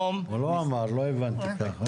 הוא לא אמר, לא הבנתי כך.